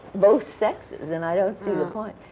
both sexes, and i don't see the point.